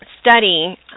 study